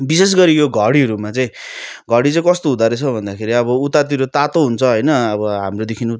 विशेष गरी यो घडीहरूमा चाहिँ घडी चाहिँ कस्तो हुँदो रहेछ भन्दाखेरि अब उतातिर तातो हुन्छ होइन अब हाम्रोदेखि